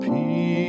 Peace